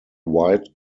white